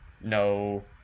no